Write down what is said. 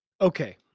Okay